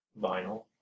vinyl